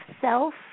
self